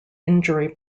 injury